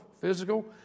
physical